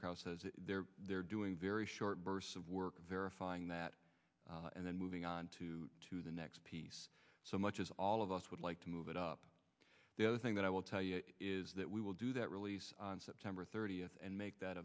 as they're doing very short bursts of work verifying that and then moving on to to the next piece so much as all of us would like to move it up the other thing that i will tell you is that we will do that release on september thirtieth and make that